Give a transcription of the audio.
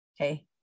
Okay